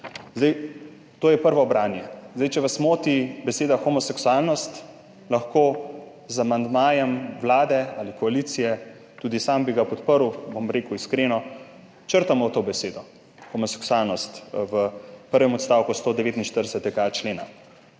To je prvo branje. Če vas moti beseda homoseksualnost, lahko z amandmajem Vlade ali koalicije, tudi sam bi ga podprl, bom rekel iskreno, črtamo to besedo homoseksualnost v prvem odstavku 149.a člena.